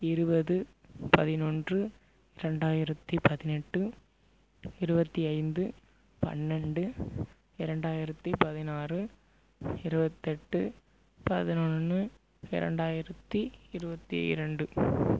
இருபது பதினொன்று இரண்டாயிரத்தி பதினெட்டு இருபத்தி ஐந்து பன்னெண்டு இரண்டாயிரத்தி பதினாறு இரபத்தெட்டு பதினொன்று இரண்டாயிரத்தி இருபத்தி இரண்டு